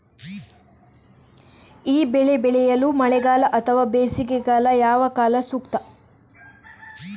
ಈ ಬೆಳೆ ಬೆಳೆಯಲು ಮಳೆಗಾಲ ಅಥವಾ ಬೇಸಿಗೆಕಾಲ ಯಾವ ಕಾಲ ಸೂಕ್ತ?